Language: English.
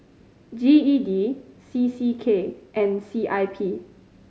G E D C C K and C I P